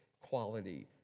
quality